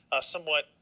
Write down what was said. somewhat